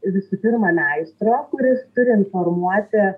visų pirma meistro kuris turi informuoti